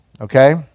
Okay